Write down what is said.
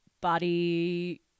body